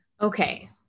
Okay